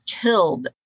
killed